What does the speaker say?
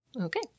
Okay